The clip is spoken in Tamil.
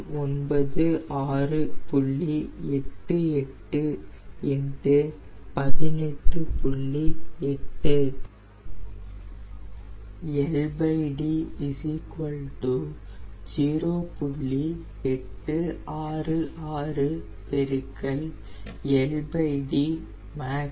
866 16 13